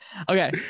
Okay